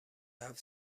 هفت